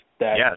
Yes